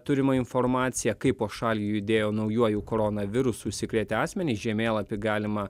turimą informaciją kaip po šalį judėjo naujuoju koronavirusu užsikrėtę asmenys žemėlapį galima